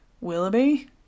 Willoughby